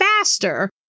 faster